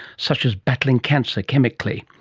such as battling cancer chemically.